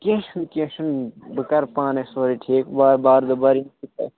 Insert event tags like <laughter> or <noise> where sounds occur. کیٚنہہ چھُنہٕ کیٚنہہ چھُنہٕ بہٕ کَرٕ پانَے سورٕے ٹھیٖک بار بار دُبار <unintelligible>